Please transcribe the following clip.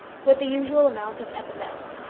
with the usual amount of epithets.